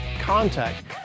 contact